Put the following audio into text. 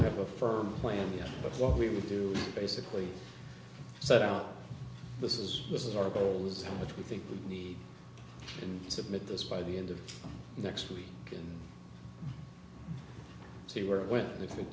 have a firm plan yet but what we would do basically set out this is this is our goal is what we think we need and submit this by the end of next week can see where it went and if it